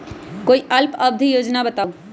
कोई अल्प अवधि योजना बताऊ?